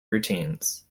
routines